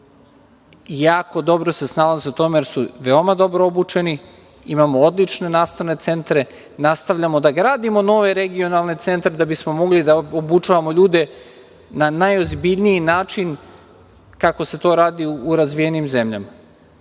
Jako dobro se snalaze u tome, jer su veoma dobro obučeni. Imamo odlične nastavne centre. Nastavljamo da gradimo nove regionalne centre da bismo mogli da obučavamo ljude na najozbiljniji način kako se to radi u razvijenim zemljama